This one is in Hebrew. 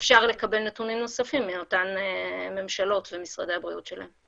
שאפשר לקבל נתונים נוספים מאותן ממשלות וממשרדי בריאות שלהן.